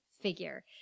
figure